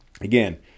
Again